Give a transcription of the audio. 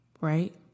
Right